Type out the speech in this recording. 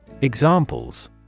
Examples